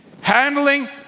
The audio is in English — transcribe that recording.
Handling